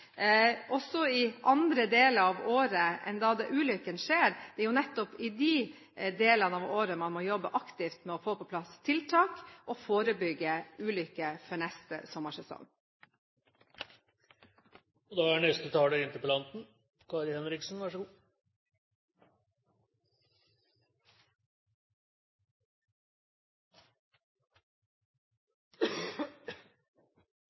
også i andre deler av året enn når ulykkene skjer. Det er jo nettopp i de delene av året man må jobbe aktivt med å få på plass tiltak og forebygge ulykker i neste